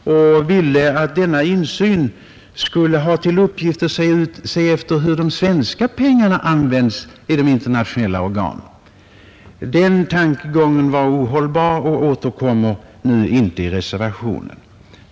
Motionärerna ville att denna insyn skulle ha till uppgift att se efter hur de svenska pengarna används i de internationella organen. Den tankegången var ohållbar och återkommer inte i reservationen.